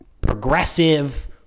Progressive